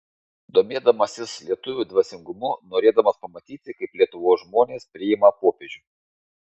domėdamasis lietuvių dvasingumu norėdamas pamatyti kaip lietuvos žmonės priima popiežių